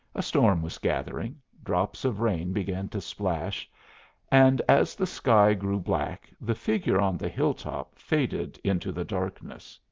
a storm was gathering, drops of rain began to splash and as the sky grew black the figure on the hilltop faded into the darkness.